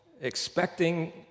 expecting